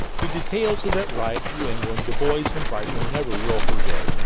the details of that ride through england the boys from brighton never will forget,